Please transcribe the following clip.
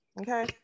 okay